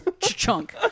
chunk